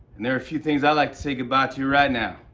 and there are a few things i'd like to say goodbye to right now.